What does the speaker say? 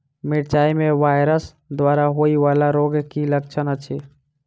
मिरचाई मे वायरस द्वारा होइ वला रोगक की लक्षण अछि?